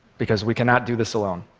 because we cannot do this alone.